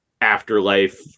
afterlife